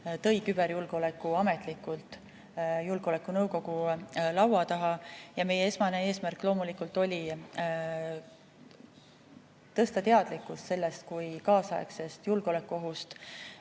tõi küberjulgeoleku [teema] ametlikult julgeolekunõukogu laua taha. Meie esmane eesmärk loomulikult oli tõsta teadlikkust sellest kui kaasaegsest julgeolekuohust